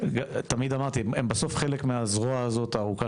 תמיד אמרתי שהם בסוף חלק מהזרוע הארוכה